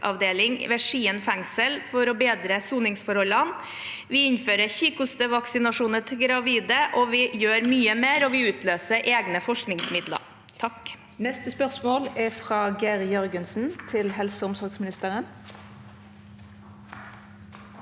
ved Skien fengsel for å bedre soningsforholdene. Vi innfører kikhostevaksine til gravide. Vi gjør også mye mer, og vi utløser egne forskningsmidler.